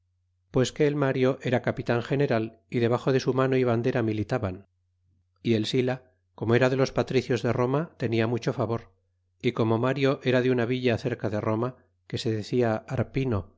pues que el mario era capitan general y debaxo de su mano y bandera militaban y el sila como era de los patricios de roma tenia mucho favor y como mario era de una villa cerca de roma que se decia arpino